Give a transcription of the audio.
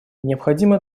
необходимо